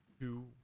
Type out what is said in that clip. two